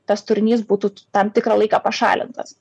tas turinys būtų tam tikrą laiką pašalintas